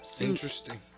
Interesting